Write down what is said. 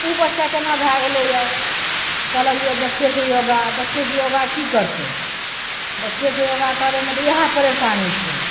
ओ बच्चा केना भए गेलैया कहलक जे बच्चेसँ योगा बच्चेसँ योगा की करतै बच्चेसँ योगा करेमे तऽ इएह परेशानी छै